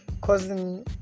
causing